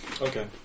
Okay